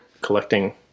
collecting